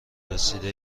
رسیده